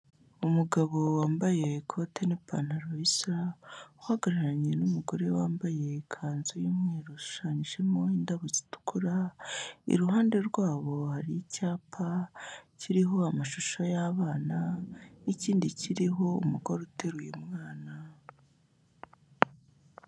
Umugabo wambaye ikote n'ipantaro bisa, uhagararanye n'umugore wambaye ikanzu y'umweru ishushanyijemo indabo zitukura, iruhande rwabo hari icyapa kiriho amashusho y'abana n'ikindi kiriho umugore uteruye umwana.